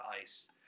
ice